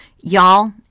Y'all